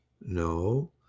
no